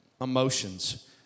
emotions